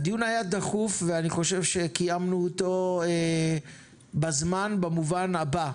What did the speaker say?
הדיון היה דחוף ואני חושב שקיימנו אותו בזמן במובן הבא: